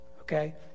okay